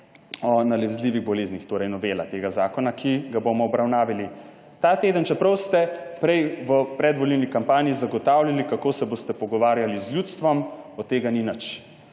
o nalezljivih boleznih, ki ga bomo obravnavali ta teden. Čeprav ste prej v predvolilni kampanji zagotavljali, kako se boste pogovarjali z ljudstvom, od tega ni nič.